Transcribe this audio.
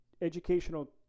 educational